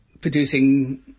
producing